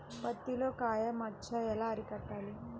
పత్తిలో కాయ మచ్చ ఎలా అరికట్టాలి?